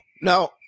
No